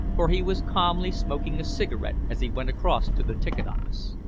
for he was calmly smoking a cigarette as he went across to the ticket office.